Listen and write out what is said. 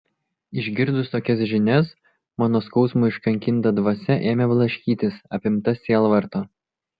išgirdus tokias žinias mano skausmo iškankinta dvasia ėmė blaškytis apimta sielvarto